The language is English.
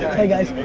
hey guys.